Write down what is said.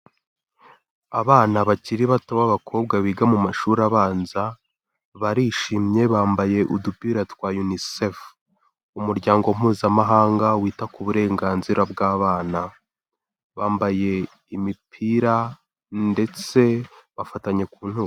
Abana bakiri bato b'abakobwa biga mu mashuri abanza barishimye, bambaye udupira twa Unicef, umuryango mpuzamahanga wita ku burenganzira bw'abana, bambaye imipira ndetse bafatanye ku ntugu.